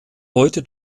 heute